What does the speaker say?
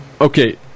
Okay